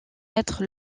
être